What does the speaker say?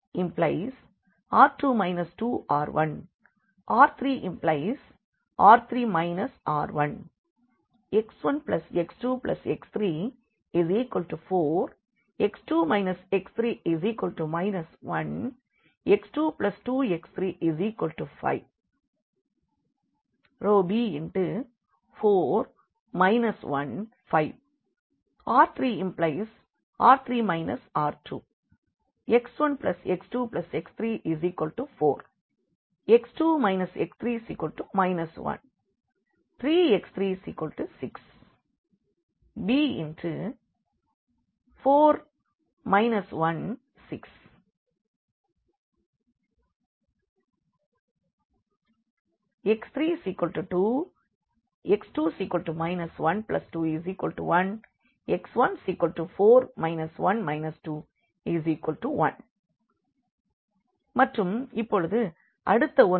R2R2 2R1 R3R3 R1 x1x2x34 x2 x3 1 x22x35 b4 1 5 R3R3 R2 x1x2x34 x2 x3 1 3x36 b4 1 6 Solution x32 x2 121 x14 1 21 மற்றும் இப்பொழுது அடுத்த ஒன்று